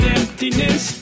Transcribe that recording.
emptiness